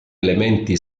elementi